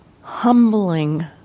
humbling